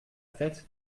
fête